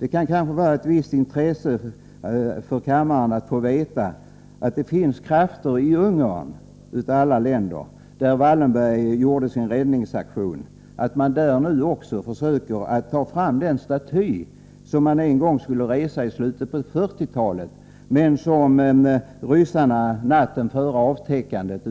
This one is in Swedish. Det kan kanske vara av ett visst intresse för kammaren att få veta att det finns krafter i Ungern av alla länder — där Wallenberg gjorde sin räddningsaktion — som nu försöker att ta fram den staty som man skulle resa en gång i slutet av 1940-talet men som natten före avtäckandet